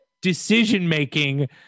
decision-making